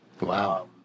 Wow